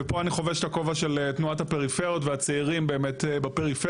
ופה אני חובש את הכובע של תנועת הפריפריות והצעירים באמת בפריפריות,